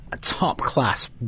top-class